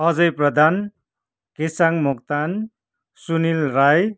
Ajay Pradhan Kesang Moktan Sunil Rai